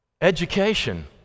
education